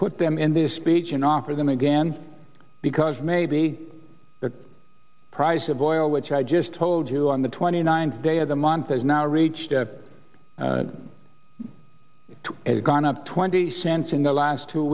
put them in this speech and offer them again because maybe the price of oil which i just told you on the twenty ninth day of the month has now reached to gone up twenty cents in the last two